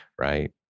right